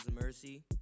mercy